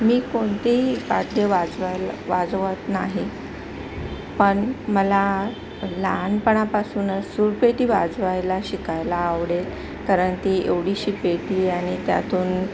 मी कोणतेही वाद्य वाजवायला वाजवत नाही पण मला लहानपणापासूनच सुरपेटी वाजवायला शिकायला आवडेल कारण ती एवढीशी पेटी आणि त्यातून